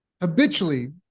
Habitually